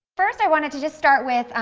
first i wanted to just start with,